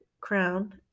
crown